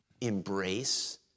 embrace